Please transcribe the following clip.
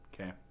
Okay